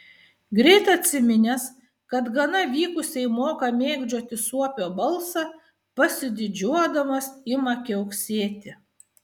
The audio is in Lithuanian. greit atsiminęs kad gana vykusiai moka mėgdžioti suopio balsą pasididžiuodamas ima kiauksėti